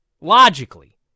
Logically